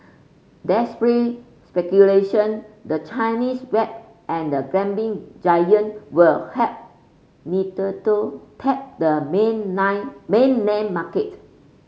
that spurred speculation the Chinese web and the gaming giant will help Nintendo tap the main lie mainland market